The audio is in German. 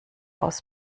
aus